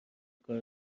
کار